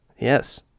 Yes